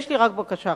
יש לי רק בקשה אחת,